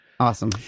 Awesome